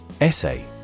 Essay